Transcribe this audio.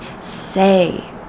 say